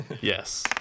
Yes